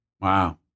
Wow